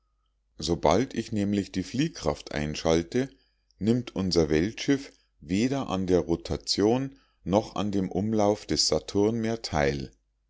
sobald ich nämlich die fliehkraft einschalte nimmt unser weltschiff weder an der rotation noch an dem umlauf des saturn mehr teil